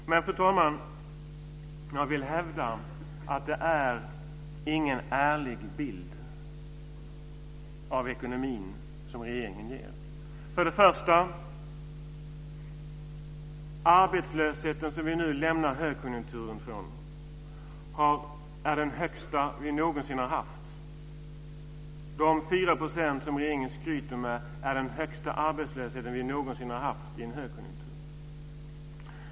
Men, fru talman, jag vill hävda att det inte är någon ärlig bild av ekonomin som regeringen ger. Först och främst: Den arbetslöshet som vi nu lämnar högkonjunkturen med är den högsta som vi någonsin har haft. De 4 % som regeringen skryter med är den högsta arbetslöshet som vi någonsin har haft i en högkonjunktur.